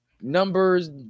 numbers